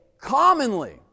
commonly